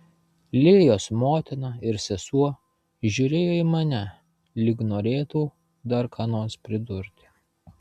lėjos motina ir sesuo žiūrėjo į mane lyg norėtų dar ką nors pridurti